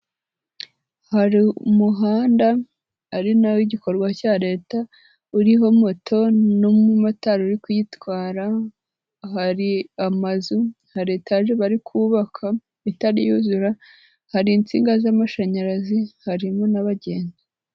Hari umuhanda ari na wo igikorwa cya Leta, uriho moto n'umumotari uri kuyitwara, hari amazu, hari etaje bari kubaka itari yuzura, hari insinga z'amashanyarazi, harimo n'abagenzi.